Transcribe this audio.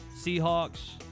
Seahawks